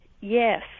Yes